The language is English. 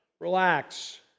relax